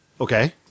Okay